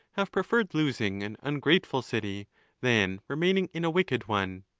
have preferred losing an ungrateful city than remaining in a wicked one.